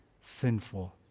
sinful